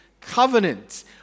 Covenant